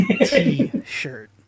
T-shirt